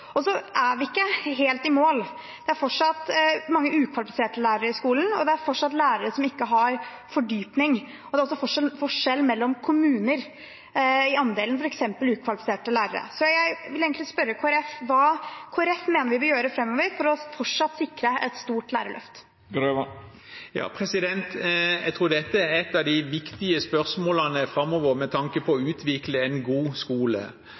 men så innfører vi en lærernorm som en del av et stort lærerløft. Vi er ikke helt i mål. Det er fortsatt mange ukvalifiserte lærere i skolen, det er fortsatt lærere som ikke har fordypning, og det er også fortsatt forskjell mellom kommuner i andelen f.eks. ukvalifiserte lærere. Så jeg vil egentlig spørre Kristelig Folkeparti: Hva mener Kristelig Folkeparti vi bør gjøre framover for fortsatt å sikre et stort lærerløft? Jeg tror dette er et av de viktige spørsmålene framover med tanke på å utvikle en god